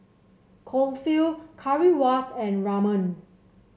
Kulfi Currywurst and Ramen